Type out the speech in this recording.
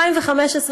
2015,